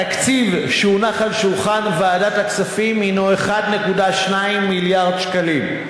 התקציב שהונח על שולחן ועדת הכספים הוא 1.2 מיליארד שקלים.